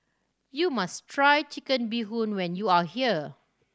you must try Chicken Bee Hoon when you are here